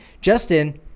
Justin